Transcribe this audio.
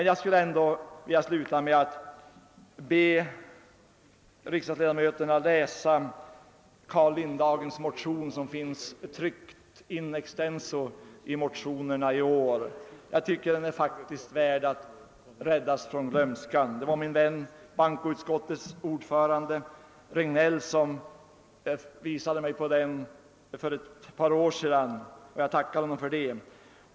Jag vill sluta med att för kammarens ledamöter läsa upp ett stycke ur den motion av Carl Lindhagen som finns återgiven in extenso i vår motion i år. Jag tycker att det avsnittet är värt att rädda från glömskan. Det var min vän bankoutskottets ordförande herr Regnéll som visade mig på den motionen för ett par år sedan. Jag tackar honom för det.